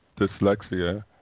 dyslexia